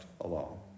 alone